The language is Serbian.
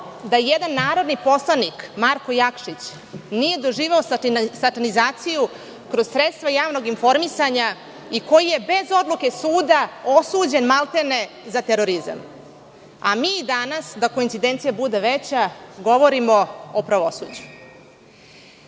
da jedan narodni poslanik Marko Jakšić nije doživeo satanizaciju kroz sredstva javnog informisanja i koji je, bez odluke suda, osuđen maltene za terorizam. Da koincidencija bude veća, mi danas govorimo o pravosuđu. Moram